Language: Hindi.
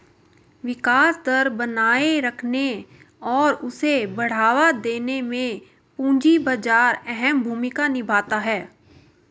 विकास दर बनाये रखने और उसे बढ़ावा देने में पूंजी बाजार अहम भूमिका निभाता है